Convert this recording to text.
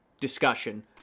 discussion